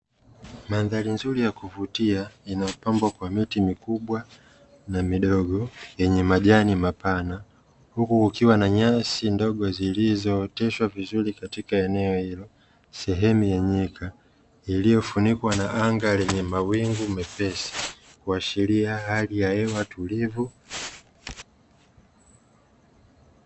Mandhari nzuri ya kuvutia inayopambwa kwa miti mikubwa na midogo yenye majani mapana, huku kukiwa na nyasi ndogo zilizooteshwa vizuri katika eneo hilo, sehemu ya nyika iliyofunikwa na anga lenye mawingu mepesi kuashiria hali ya hewa tulivu.